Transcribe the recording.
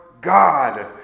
God